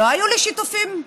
לא היו לי שיתופים עם